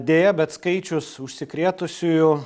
deja bet skaičius užsikrėtusiųjų